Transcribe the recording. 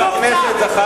יש גבול.